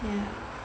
yeah